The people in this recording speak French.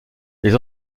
les